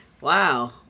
wow